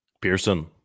Pearson